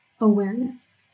awareness